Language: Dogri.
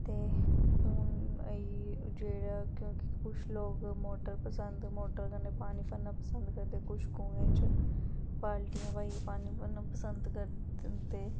ते हून आई जेह्ड़ा कि कुछ लोग मोटर पसंद मोटर कन्नै पानी कड्ढना पसंद करदे कुछ कुएं च बाल्टियां पाइयै पानी कड्ढना पसंद करदे